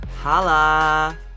holla